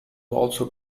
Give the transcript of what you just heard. also